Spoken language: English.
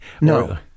No